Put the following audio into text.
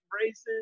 braces